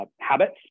habits